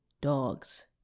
Dogs